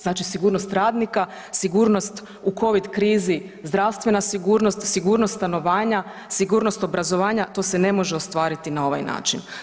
Znači sigurnost radnika, sigurnost u Covid krizi, zdravstvena sigurnost, sigurnost stanovanja, sigurnost obrazovanja, to se ne može ostvariti na ovaj način.